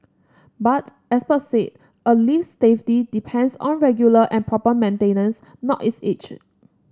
but experts said a lift's safety depends on regular and proper maintenance not its age